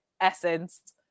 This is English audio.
essence